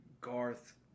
Garth